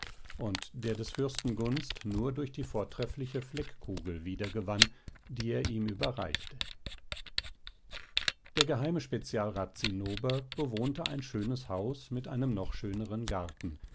und der des fürsten gunst nur durch die vortreffliche fleckkugel wieder gewann die er ihm überreichte der geheime spezialrat zinnober bewohnte ein schönes haus mit einem noch schöneren garten